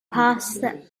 passed